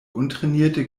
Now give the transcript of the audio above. untrainierte